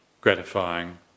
gratifying